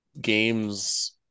games